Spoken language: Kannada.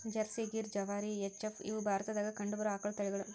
Jersey, Gir, Jawari, H F, ಇವ ಭಾರತದಾಗ ಕಂಡಬರು ಆಕಳದ ತಳಿಗಳು